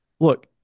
Look